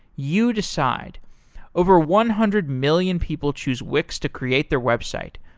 you decide over one hundred million people choose wix to create their website.